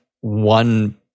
one